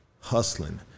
hustling